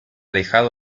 dejado